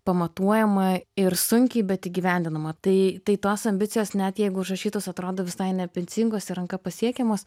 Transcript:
pamatuojama ir sunkiai bet įgyvendinama tai tai tos ambicijos net jeigu užrašytos atrodo visai neambicingos ir ranka pasiekiamos